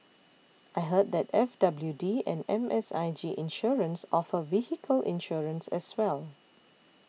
I heard that F W D and M S I G Insurance offer vehicle insurance as well